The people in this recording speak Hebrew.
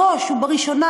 בראש ובראשונה,